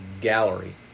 Gallery